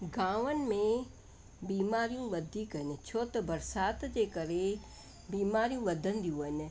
गांवनि में बीमारियूं वधीक आहिनि छो त बरसाति जे करे बीमारियूं वधंदियूं आहिनि